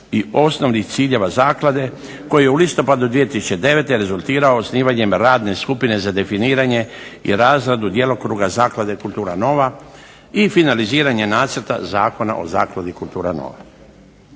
i osnovnih ciljeva zaklade koji je u listopadu 2009. rezultirao osnivanjem radne skupine za definiranje i razradu djelokruga zaklade "Kultura nova", i finaliziranje nacrta Zakona o zakladi "Kultura nova".